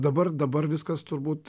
dabar dabar viskas turbūt